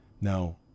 now